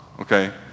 okay